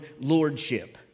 lordship